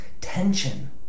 tension